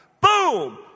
boom